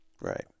Right